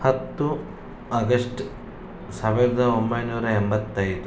ಹತ್ತು ಅಗಶ್ಟ್ ಸಾವಿರದ ಒಂಬೈನೂರ ಎಂಬತ್ತೈದು